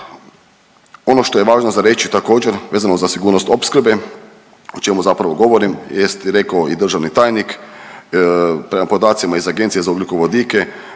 Ono što je važno za reći također, vezano za sigurnost opskrbe, o čemu zapravo govorim jest rekao i državni tajnik, prema podacima iz Agencije za ugljikovodike